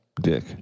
Dick